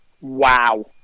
Wow